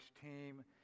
team